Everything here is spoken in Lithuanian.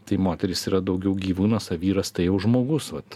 tai moteris yra daugiau gyvūnas o vyras tai žmogus vat